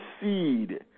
seed